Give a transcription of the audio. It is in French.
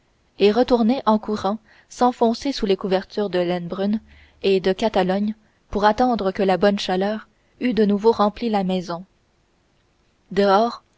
et retournait en courant s'enfoncer sous les couvertures de laine brune et de catalogne pour attendre que la bonne chaleur eût de nouveau rempli la maison dehors